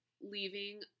leaving